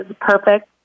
perfect